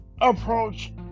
approach